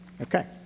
Okay